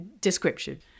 description